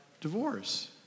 divorce